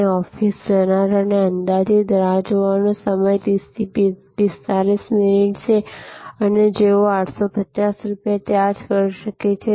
તેથી ઓફિસ જનાર અને અંદાજિત રાહ જોવાનો સમય 30 થી 45 મિનિટ છે અને તેઓ 850 રૂપિયા ચાર્જ કરી શકે છે